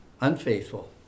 unfaithful